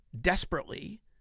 desperately